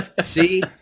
see